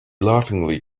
laughingly